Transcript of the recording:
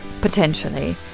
potentially